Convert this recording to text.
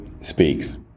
speaks